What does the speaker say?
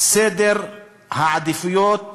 בסדר העדיפויות